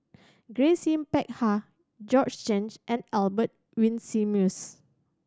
Grace Yin Peck Ha Georgette Chen and Albert Winsemius